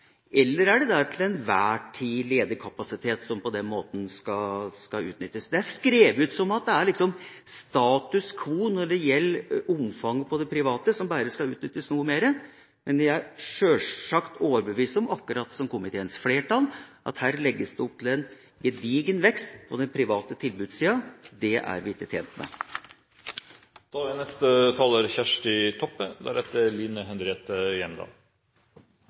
eller er det den til enhver tid ledige kapasitet som på den måten skal utnyttes? Det er skrevet som om det er status quo når det gjelder omfanget av det private, og at det bare skal utnyttes noe mer, men jeg er sjølsagt overbevist om, akkurat som komiteens flertall, at her legges det opp til en gedigen vekst på den private tilbudssida. Det er vi ikke tjent med. I denne stortingsmeldinga presenterer regjeringa sin politikk for å betra kvaliteten og pasientsikkerheita i helse- og omsorgstenesta. Målet er